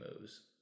moves